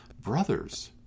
Brothers